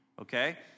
okay